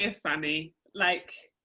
and funny, like,